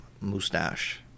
mustache